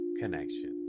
connection